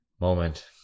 moment